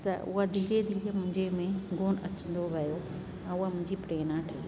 त उहा धीरे धीरे मुंहिंजे में गुण अचंदो वियो ऐं उहा प्रेरणा ठही वई